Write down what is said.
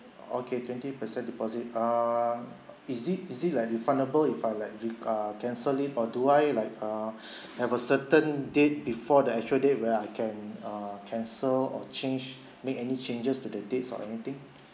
okay twenty percent deposit err is it is it like refundable if I like re~ uh cancel it or do I like err have a certain date before the actual day where err can err cancel or change make any changes to the dates or anything